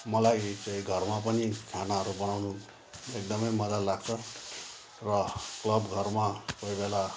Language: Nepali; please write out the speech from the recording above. मलाई चाहिँ घरमा पनि खानाहरू बनाउनु एकदमै मजा लाग्छ र क्लब घरमा कोही बेला